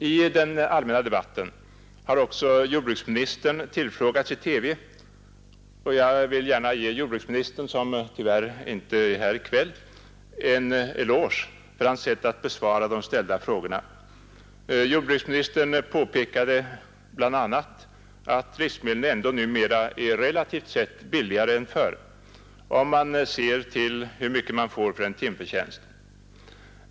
I den allmänna debatten har också jordbruksministern tillfrågats i TV, och jag vill gärna ge jordbruksministern — som tyvärr inte är här i kväll — en eloge för hans sätt att besvara de ställda frågorna. Jordbruksministern påpekade bl.a. att livsmedlen ändå numera är relativt sett billigare än förr, om man ser till hur mycket man får för en timförtjänst.